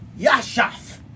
Yashaf